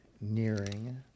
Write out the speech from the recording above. nearing